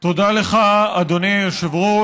מס' 8697. תודה לך, אדוני היושב-ראש.